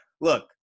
Look